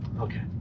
Okay